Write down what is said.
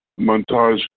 Montage